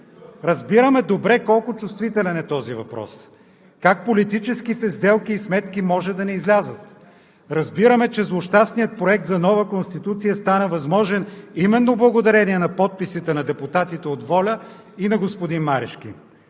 Разбираме добре колко чувствителен е този въпрос, как политическите сделки и сметки може да не излязат. Разбираме, че злощастният проект за нова Конституция стана възможен именно благодарение на подписите на депутатите от „ВОЛЯ – Българските